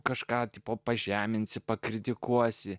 kažką tipo pažeminsi pakritikuosi